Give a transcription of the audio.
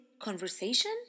conversation